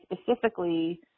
specifically